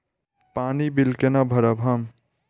पानी बील केना भरब हम?